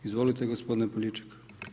Izvolite, gospodine Poljičak.